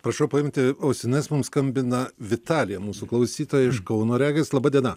prašau paimti ausines mums skambina vitalija mūsų klausytoja iš kauno regis laba diena